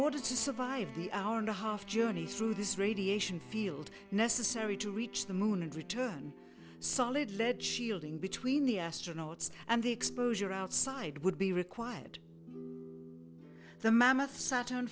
order to survive the hour and a half journey through this radiation field necessary to reach the moon and return solid lead shielding between the astronauts and the exposure outside would be required the mammoth saturn